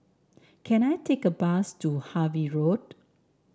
can I take a bus to Harvey Road